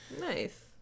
Nice